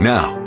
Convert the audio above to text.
Now